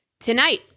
Tonight